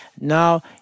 Now